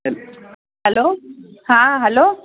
हलो हा हलो